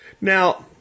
Now